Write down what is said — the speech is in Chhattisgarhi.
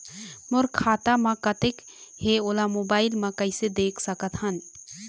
मोर खाता म कतेक हे ओला मोबाइल म कइसे देख सकत हन?